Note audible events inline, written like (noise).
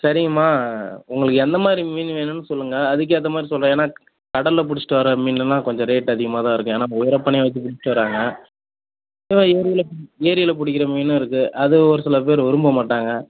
சரிங்கம்மா உங்களுக்கு எந்த மாதிரி மீன் வேணுன்னு சொல்லுங்கள் அதுக்கேற்ற மாதிரி சொல்லுறேன் ஏன்னா கடலில் பிடிச்சிட்டு வர மீன்லாம் கொஞ்சம் ரேட் அதிகமாக தான் இருக்கும் ஏன்னா (unintelligible) எல்லாத்தையும் பிடிச்சிட்டு வராங்க ஏரியில ஏரியில பிடிக்கிற மீனும் இருக்கு அதுவும் ஒரு சில பேர் விரும்ப மாட்டாங்க